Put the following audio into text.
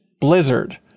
Blizzard